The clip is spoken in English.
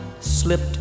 Slipped